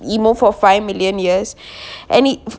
emo for five million years and he